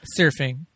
surfing